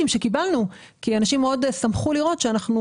קיבלנו גם פידבקים כי אנשים מאוד שמחו לראות שאנחנו